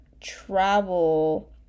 travel